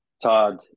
todd